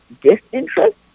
disinterest